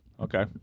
Okay